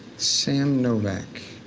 sam novak.